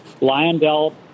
Lionel